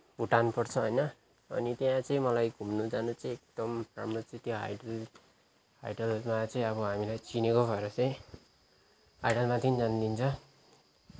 भुटान पर्छ होइन अनि त्यहाँ चाहिँ मलाई घुम्न जान चाहिँ एकदम हाम्रो चाहिँ त्यहाँ हाइडल हाइडलमा चाहिँ हामीलाई चिनेको भएर चाहिँ हाइडलमाथि पनि जान दिन्छ